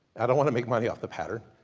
i don't want to make money off the pattern.